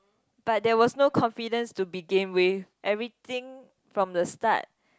but there was no confidence to begin with everything from the start